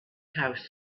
house